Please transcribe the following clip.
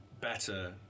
better